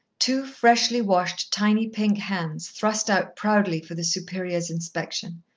two freshly washed tiny pink hands thrust out proudly for the superior's inspection.